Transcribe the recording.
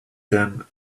them